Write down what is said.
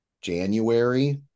January